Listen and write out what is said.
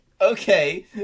Okay